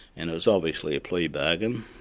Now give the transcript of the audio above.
and there was obviously a plea bargain.